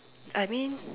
I mean